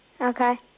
Okay